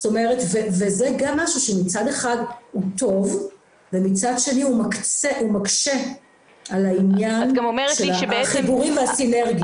וזה גם משהו שמצד אחד הוא טוב ומצד שני הוא מקשה על החיבורים והסינרגיה.